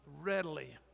readily